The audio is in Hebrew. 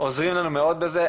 עוזרים לנו מאוד בזה,